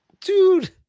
dude